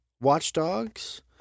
Watchdogs